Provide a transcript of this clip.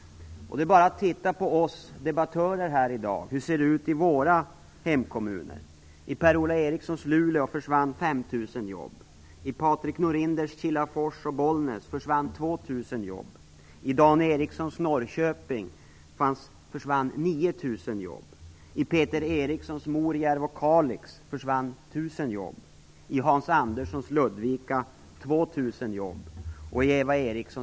Titta bara på oss debattörer här i dag. Hur ser det ut i våra hemkommuner? I Per-Ola Erikssons Luleå försvann 5 000 jobb, i Patrik Norinders Kilafors och Tidaholm försvann 1 000 jobb.